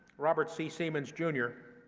robert c. seamans jr,